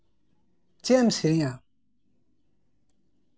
ᱪᱮᱫ ᱮᱢ ᱥᱮᱨᱮᱧᱟ